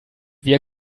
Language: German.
wir